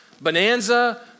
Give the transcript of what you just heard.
Bonanza